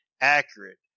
accurate